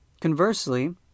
Conversely